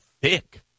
thick